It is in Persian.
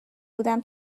بودم